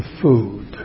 food